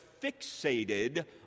fixated